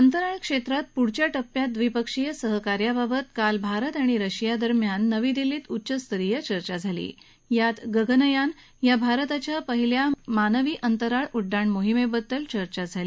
अंतराळ क्षेत्रात पुढील टप्प्यात द्विपक्षीय सहकार्याबाबत काल भारत आणि रशिया यांच्यात नवी दिल्लीत उच्चस्तरीय चर्चा झाली यात गगनयान या भारताच्या पहिल्या मानवी अंतराळ उड्डाण मोहिमेबाबतही चर्चा झाली